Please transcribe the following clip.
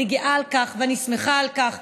אני גאה על כך ואני שמחה על כך.